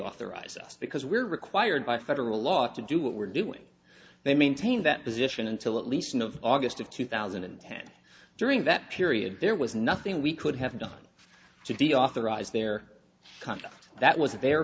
authorize us because we're required by federal law to do what we're doing they maintain that position until at least and of august of two thousand and ten during that period there was nothing we could have done to deal with arise their country that was their